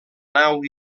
nau